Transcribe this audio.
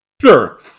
Sure